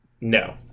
No